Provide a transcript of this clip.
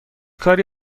کاری